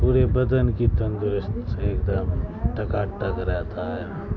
پورے بدن کی تندرستی ایک دم ٹکاٹک رہتا ہے